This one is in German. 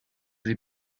sie